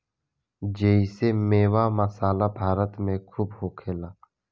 जेइसे मेवा, मसाला भारत मे खूबे होखेला